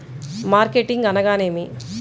Marketing అనగానేమి?